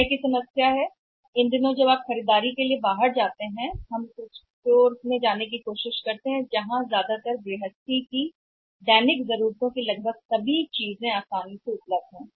समय समस्या है इन दिनों जब हम खरीदारी के लिए बाहर जाते हैं जब आप खरीदारी के लिए बाहर जाते हैं तो हमने एक स्टोर में जाने की कोशिश की है जहाँ लगभग सभी चीजें हैं गृहस्थी दैनिक जरूरतों के लिए आसानी से उपलब्ध है